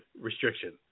restriction